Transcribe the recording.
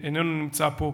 שאיננו נמצא פה,